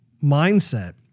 mindset